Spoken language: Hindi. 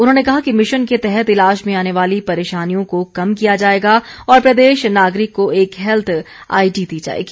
उन्होंने कहा कि मिशन के तहत ईलाज में आने वाली परेशानियों को कम किया जाएगा और प्रत्येक नागरिक को एक हैल्थ आईडी दी जाएगी